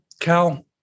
Cal